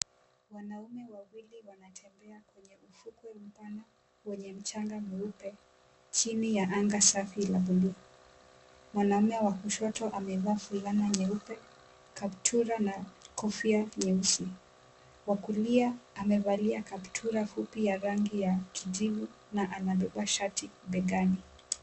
Wanaume wawili wanaotembea kwenye fukwe lipana wenye mchanga nyeupe chini ya anga safi ya blu. Mwanaume wa kushoto amevaa fulana nyeupe, kaptura na kofia nyeusi, wa kulia amevalia kaptura ya rangi ya kijivu na amebeba shati begani.